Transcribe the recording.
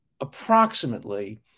approximately